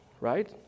right